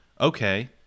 okay